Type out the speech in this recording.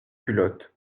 culotte